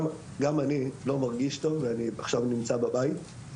גם אני לא מרגיש טוב ועכשיו אני נמצא בבית.